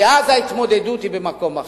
כי אז ההתמודדות היא במקום אחר.